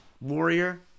warrior